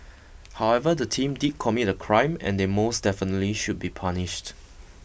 however the team did commit a crime and they most definitely should be punished